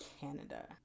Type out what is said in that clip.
Canada